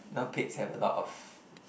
you know pigs have a lot of